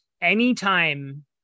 anytime